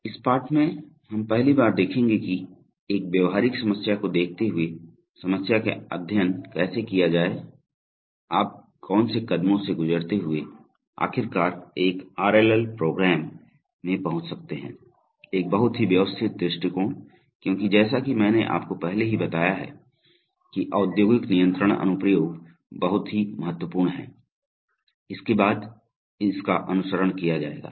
इस पाठ में हम पहली बार देखेंगे कि एक व्यावहारिक समस्या को देखते हुए समस्या का अध्ययन कैसे किया जाए आप कौन से कदमों से गुजरते हुए आखिरकार एक आरएलएल प्रोग्राम में पहुंच सकते हैं एक बहुत ही व्यवस्थित दृष्टिकोण क्योंकि जैसा कि मैंने आपको पहले ही बताया है कि औद्योगिक नियंत्रण अनुप्रयोग बहुत ही महत्वपूर्ण हैं इसके बाद इसका अनुसरण किया जाएगा